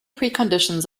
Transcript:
preconditions